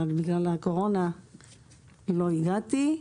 אבל בגלל הקורונה לא הגעתי.